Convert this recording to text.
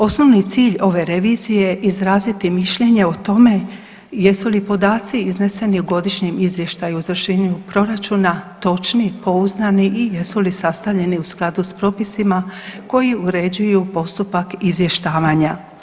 Osnovni cilj ove revizije, izraziti mišljenje o tome jesu li podaci izneseni u Godišnjem izvještaju o izvršenju proračuna točni, pouzdani i jesu li sastavljeni u skladu s propisima koji uređuju postupak izvještavanja.